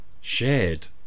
shared